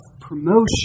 promotion